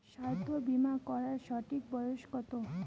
স্বাস্থ্য বীমা করার সঠিক বয়স কত?